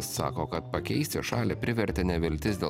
sako kad pakeisti šalį privertė neviltis dėl